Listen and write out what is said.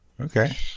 Okay